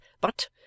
But